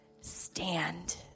stand